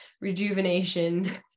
rejuvenation